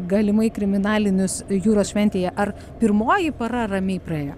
galimai kriminalinius jūros šventėje ar pirmoji para ramiai praėjo